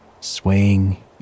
swaying